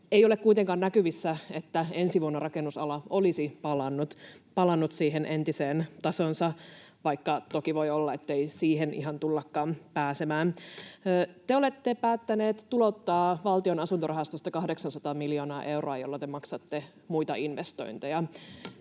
Ei ole kuitenkaan näkyvissä, että ensi vuonna rakennusala olisi palannut siihen entiseen tasoonsa, vaikka toki voi olla, ettei siihen ihan tullakaan pääsemään. Te olette päättäneet tulouttaa Valtion asuntorahastosta 800 miljoonaa euroa, jolla te maksatte muita investointeja.